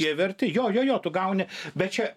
jie verti jo jo jo tu gauni bet čia